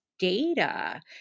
data